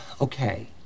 Okay